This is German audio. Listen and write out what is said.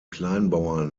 kleinbauern